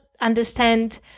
understand